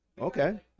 Okay